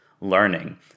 learning